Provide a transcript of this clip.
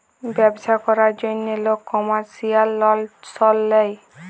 ব্যবছা ক্যরার জ্যনহে লক কমার্শিয়াল লল সল লেয়